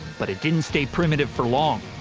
but it didn't stay primitive for long,